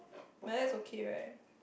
but that is okay right